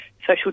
social